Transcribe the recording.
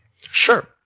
Sure